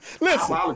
listen